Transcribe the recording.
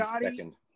second